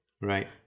Right